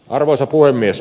arvoisa puhemies